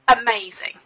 amazing